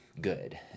good